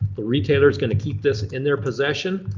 the retailer's gonna keep this in their possession